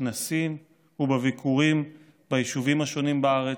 בכנסים ובביקורים ביישובים השונים בארץ,